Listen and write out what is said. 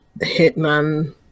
Hitman